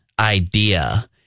Idea